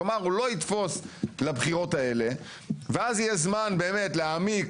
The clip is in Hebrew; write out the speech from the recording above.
כלומר הוא לא יתפוס לבחירות האלה ואז יהיה זמן להעמיק,